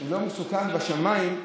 הוא לא מסוכן בשמיים.